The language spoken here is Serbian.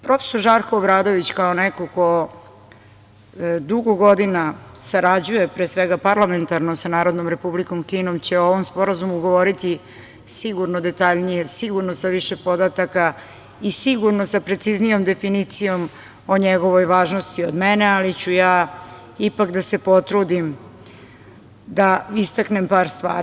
Profesor Žarko Obradović, kao neko ko dugo godina sarađuje pre svega parlamentarno sa Narodnom Republikom Kinom, će o ovom sporazumu govoriti sigurno detaljnije, sigurno sa više podataka i sigurno sa preciznijom definicijom o njegovoj važnosti od mene, ali ću ja ipak da se potrudim da istaknem par stvari.